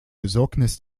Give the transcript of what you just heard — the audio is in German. besorgnis